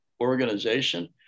organization